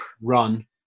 run